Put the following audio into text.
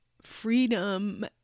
freedom